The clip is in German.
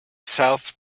south